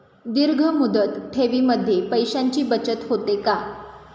दीर्घ मुदत ठेवीमध्ये पैशांची बचत होते का?